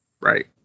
Right